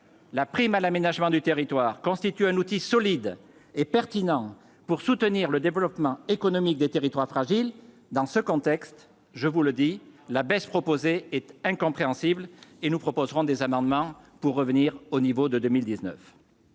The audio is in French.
la prime à l'aménagement du territoire constitue un outil solide et pertinent pour soutenir le développement économique des territoires fragiles dans ce contexte, je vous le dis la baisse proposée est incompréhensible et nous proposerons des amendements pour revenir au niveau de 2019